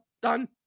Done